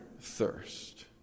thirst